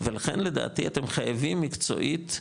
ולכן לדעתי, אתם חייבים מקצועית,